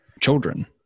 children